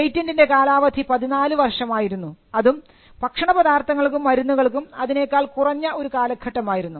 പേറ്റന്റിൻറെ കാലാവധി 14 വർഷം ആയിരുന്നു അതും ഭക്ഷണപദാർത്ഥങ്ങൾക്കും മരുന്നുകൾക്കും അതിനേക്കാൾ കുറഞ്ഞ ഒരു കാലഘട്ടമായിരുന്നു